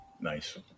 Nice